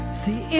see